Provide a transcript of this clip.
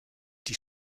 die